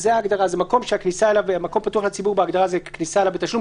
"מקום פתוח לציבור" בהגדרה מקום שהכניסה אליו בתשלום,